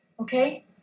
okay